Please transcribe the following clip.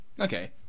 Okay